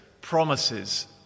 promises